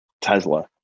Tesla